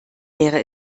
wäre